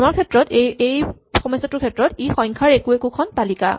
আমাৰ ক্ষেত্ৰত ই সংখ্যাৰ একো একোখন তালিকা